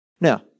Now